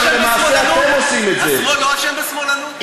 השמאל לא אשם בשמאלנות?